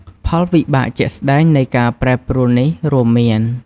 ផលវិបាកជាក់ស្តែងនៃការប្រែប្រួលនេះរួមមាន៖